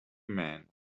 man